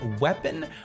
weapon